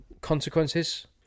consequences